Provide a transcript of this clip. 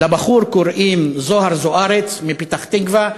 לבחור קוראים זוהר זוארץ מפתח-תקווה.